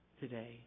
today